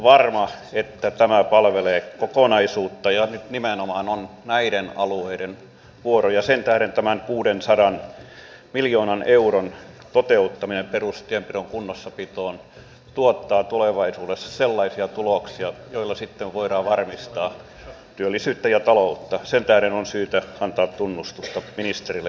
haluan vielä nostaa yhtenä tärkeänä asiana esiin aiemmin tänäänkin päivällä esiin tulleen ajatuksen siitä että meidän olisi hyvä maanpuolustuskoulutukseenkin liittyen nuorille tarjota tulevaisuuskutsunnat joihin myös naiset kutsuttaisiin jatkossa mukaan ja tuotaisiin maanpuolustuskoulutusta esille myös heille